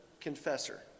confessor